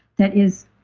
that is.